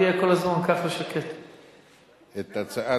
הצעה